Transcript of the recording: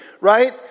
right